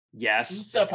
Yes